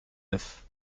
neuf